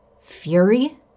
fury